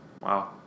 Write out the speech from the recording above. Wow